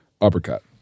uppercut